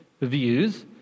views